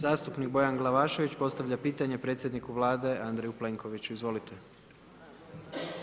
Zastupnik Bojan Glavašević postavlja pitanje predsjedniku Vlade Andreju Plenkoviću, izvolite.